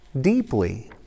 deeply